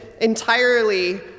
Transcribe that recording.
entirely